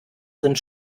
sind